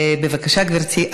בבקשה, גברתי.